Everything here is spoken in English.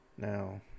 Now